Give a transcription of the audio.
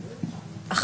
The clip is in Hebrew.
לא.